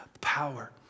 power